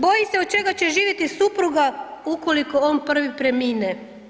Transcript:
Boji se od čega će živjeti supruga ukoliko on prvi premine.